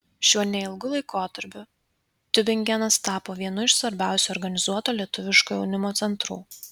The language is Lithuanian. šiuo neilgu laikotarpiu tiubingenas tapo vienu iš svarbiausių organizuoto lietuviško jaunimo centrų